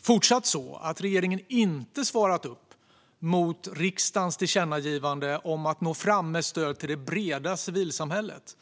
fortsatt så att regeringen inte har svarat upp mot riksdagens tillkännagivande om att nå fram med stöd till det breda civilsamhället.